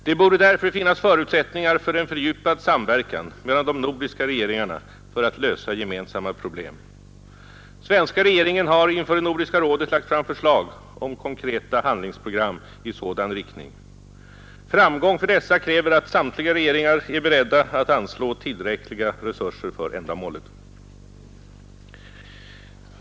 Det borde därför finnas förutsättningar för en fördjupad samverkan mellan de nordiska regeringarna för att lösa gemensamma problem. Svenska regeringen har inför Nordiska rådet lagt fram förslag om konkreta handlingsprogram i sådan riktning. Framgång för dessa kräver att samtliga regeringar är beredda att anslå tillräckliga resurser för ändamålet.